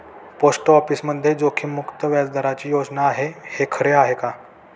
Post ऑफिसमध्ये जोखीममुक्त व्याजदराची योजना आहे, हे खरं आहे का?